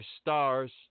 stars